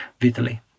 Vitaly